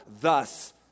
thus